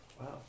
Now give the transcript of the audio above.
wow